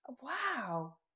wow